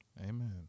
Amen